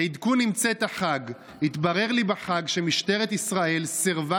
"עדכון עם צאת החג: התברר לי בחג שמשטרת ישראל סירבה